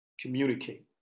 communicate